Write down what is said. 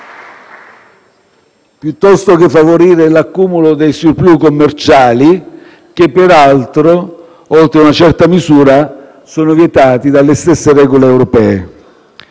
piuttosto che favorire l'accumulo dei *surplus* commerciali, che peraltro, oltre una certa misura, sono vietati dalle stesse regole europee.